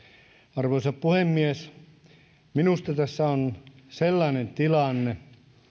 arvoisa puhemies minusta tässä on sellainen tilanne